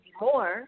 more